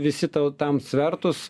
visi tau tam svertus